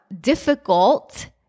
difficult